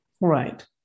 Right